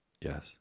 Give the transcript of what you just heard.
Yes